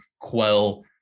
quell